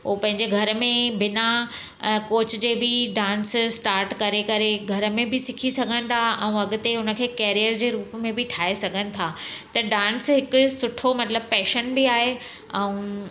उहो पंहिंजे घर में बिना कोच जे बि डांस स्टाट करे करे घर में बि सिखी सघंदा ऐं अॻिते उनखे कैरियर जे रूप में बि ठाहे सघनि था त डांस हिकु सुठो मतिलबु पैशन बि आहे ऐं